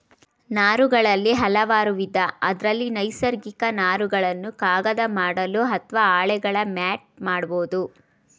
ನಾರುಗಳಲ್ಲಿ ಹಲವಾರುವಿಧ ಅದ್ರಲ್ಲಿ ನೈಸರ್ಗಿಕ ನಾರುಗಳನ್ನು ಕಾಗದ ಮಾಡಲು ಅತ್ವ ಹಾಳೆಗಳ ಮ್ಯಾಟ್ ಮಾಡ್ಬೋದು